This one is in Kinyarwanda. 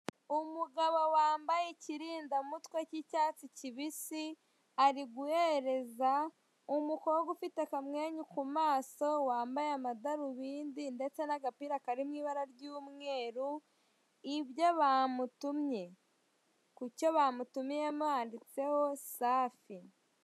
Umugabo wambaye ikirindamutwe cy'icyatsi kibisi, ari guhereza umukobwa ufite akamwenyu ku maso, wambaye amadarubindi ndetse n'agapira kari mw'ibara ry'umweru ibyo bamutumye. Ku cyo bamutumiyemo handitseho safi.